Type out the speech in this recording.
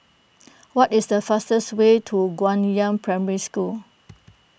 what is the fastest way to Guangyang Primary School